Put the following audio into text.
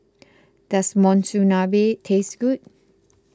does Monsunabe taste good